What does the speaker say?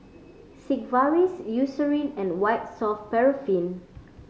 Sigvaris Eucerin and White Soft Paraffin